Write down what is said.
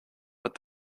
but